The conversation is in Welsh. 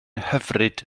hyfryd